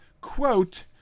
quote